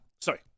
Sorry